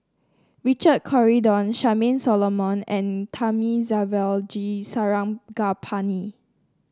Richard Corridon Charmaine Solomon and Thamizhavel G Sarangapani